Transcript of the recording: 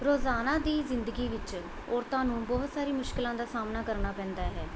ਰੋਜ਼ਾਨਾ ਦੀ ਜ਼ਿੰਦਗੀ ਵਿੱਚ ਔਰਤਾਂ ਨੂੰ ਬਹੁਤ ਸਾਰੀ ਮੁਸ਼ਕਿਲਾਂ ਦਾ ਸਾਹਮਣਾ ਕਰਨਾ ਪੈਂਦਾ ਹੈ